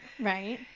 Right